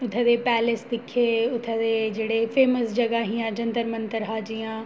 उत्थै दे पैलेस दिक्खे उत्थै दे जेह्ड़े फेमस जगहां ही जंतर मंतर हा जि'यां